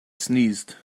sneezed